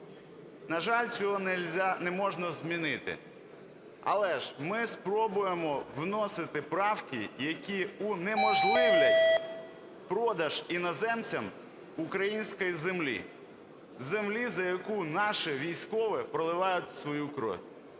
На жаль, цього не можна змінити, але ж ми спробуємо вносити правки, які унеможливлять продаж іноземцям української землі. Землі, за яку наші військові проливають свою кров.